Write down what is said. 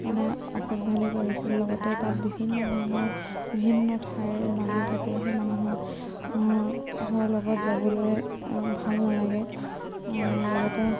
মানে অসভ্য়ালি কৰিছিল লগতে তাত বিভিন্ন ধৰণৰ বিভিন্ন ঠাইৰ মানুহ থাকে সেই মানুহৰ লগত যাবলৈ ভাল নালাগে লগতে